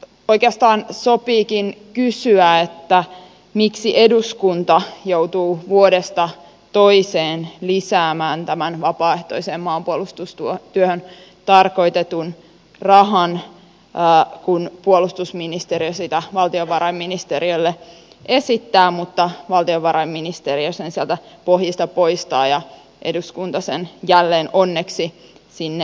oikeastaan sopiikin kysyä miksi eduskunta joutuu vuodesta toiseen lisäämään vapaaehtoiseen maanpuolustustyöhön tarkoitetun rahan kun puolustusministeriö sitä valtiovarainministeriölle esittää mutta valtiovarainministeriö sen sieltä pohjista poistaa ja eduskunta sen jälleen onneksi sinne lisäsi